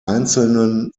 einzelnen